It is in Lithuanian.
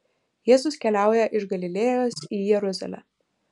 jėzus keliauja iš galilėjos į jeruzalę